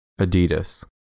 Adidas